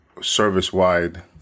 service-wide